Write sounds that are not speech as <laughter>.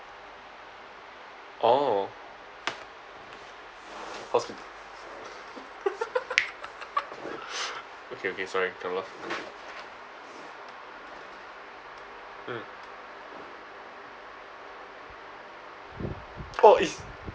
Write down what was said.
orh hospi~ <laughs> okay okay sorry can't laugh mm oh is